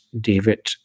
David